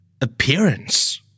Appearance